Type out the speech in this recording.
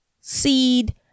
seed